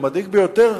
הוא מדאיג ביותר